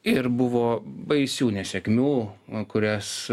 ir buvo baisių nesėkmių kurias